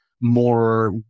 more